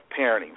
parenting